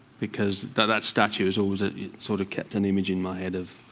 because that that statue has always ah sort of kept an image in my head of,